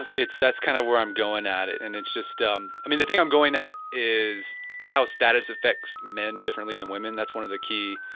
that's kind of where i'm going at it and it's just um i mean the thing i'm going at is how status affects men differently than women, that's one of the key